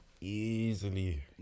easily